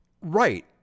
Right